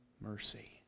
mercy